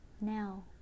now